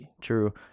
True